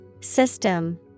System